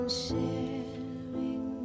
sharing